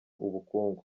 ubukungu